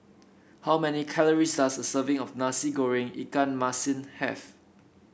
how many calories does a serving of Nasi Goreng Ikan Masin have